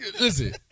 Listen